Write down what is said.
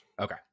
Okay